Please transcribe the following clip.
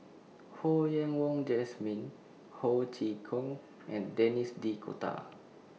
Ho Yen Wah Jesmine Ho Chee Kong and Denis D'Cotta